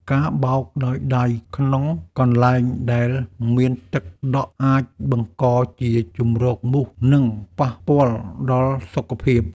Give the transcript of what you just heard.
ការបោកដោយដៃក្នុងកន្លែងដែលមានទឹកដក់អាចបង្កជាជម្រកមូស និងប៉ះពាល់ដល់សុខភាព។